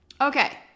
Okay